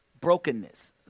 Brokenness